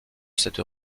cette